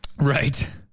right